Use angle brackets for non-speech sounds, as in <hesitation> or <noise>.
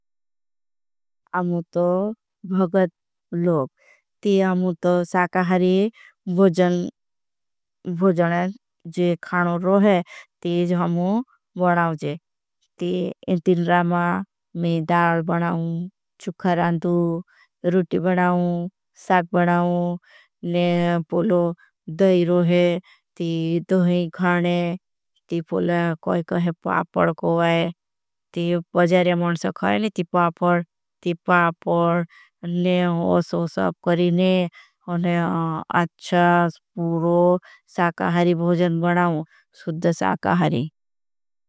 अमुतो भगत लोग ती अमुतो साकाहरी भुजन। <hesitation> भुजन जी खानो रोहे ती जी हमो बनाओजे ती एंतिन रामा में दाल। बनाओं चुक्खरांदू रूटी बनाओं साक बनाओं ने पोलो दई रोहे। ती दही खाने ती पोलो कोई कोई पापड कोई ती बजारी अमुट। से खाने ती पापड ती पापड <hesitation> ने ऐसो सब। करेने अच्छा पूरो साकाहरी भुजन बनाओं सुद्ध साकाहरी।